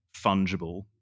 fungible